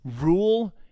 rule